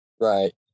Right